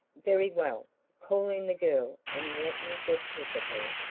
very well call in the girl and let me just look at her,